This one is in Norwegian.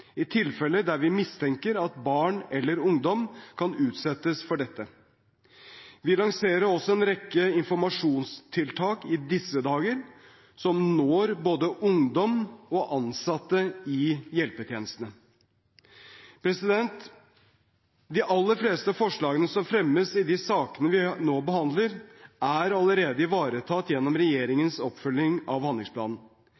i tilfeller der vi mistenker at barn eller ungdom kan utsettes for dette. Vi lanserer også en rekke informasjonstiltak i disse dager, som når både ungdom og ansatte i hjelpetjenestene. De aller fleste forslagene som fremmes i de sakene vi nå behandler, er allerede ivaretatt gjennom